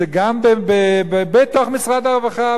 בתוך משרד הרווחה, והשר יודע את זה.